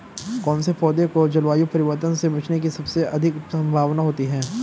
कौन से पौधे को जलवायु परिवर्तन से बचने की सबसे अधिक संभावना होती है?